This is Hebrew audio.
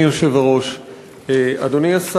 אולי יושב-ראש הכנסת יענה לי: